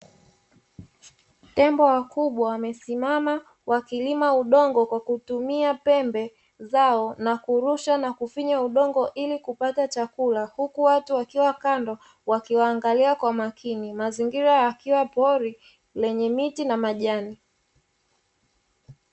Tembo wakubwa wamesimama wakilima udongo kwa kutumia pembe zao na kurusha na kufinya udongo ili kupata chakula, huku watu wakiwa kando wakiwaangalia kwa makini mazingira yakiwa pori lenye miti na majani.